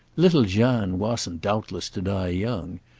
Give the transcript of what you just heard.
little jeanne wasn't, doubtless, to die young,